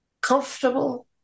comfortable